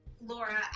Laura